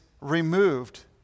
removed